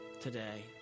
today